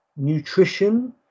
Nutrition